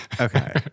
Okay